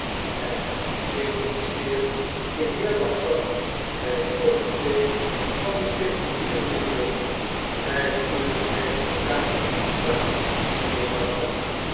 en paeijs den heer barsad by het comite van de sectie hier in de buurt kijk uwe eigene kaarten eens na mynheer barsad